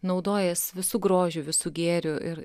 naudojies visu grožiu visų gėriu ir